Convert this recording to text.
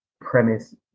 premise